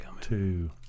two